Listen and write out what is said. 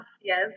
yes